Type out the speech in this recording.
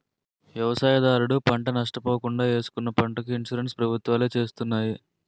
వ్యవసాయదారుడు పంట నష్ట పోకుండా ఏసుకున్న పంటకి ఇన్సూరెన్స్ ప్రభుత్వాలే చేస్తున్నాయి